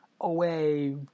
away